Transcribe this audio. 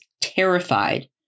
terrified